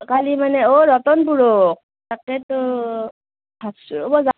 কালি মানে অঁ ৰতনপুৰক তাকেটো ভাবিছোঁ ৰ'বা যাম